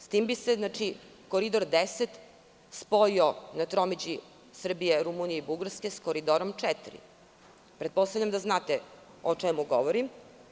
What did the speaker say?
S tim bi se Koridor 10 spojio na tromeđi Srbija, Rumunija i Bugarska s Koridorom 4. Pretpostavljam da znate o čemu govorim.